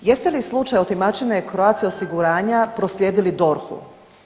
Jeste li slučaj otimačine Croatia osiguranja proslijedili DORH-u?